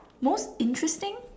most interesting